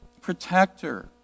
protector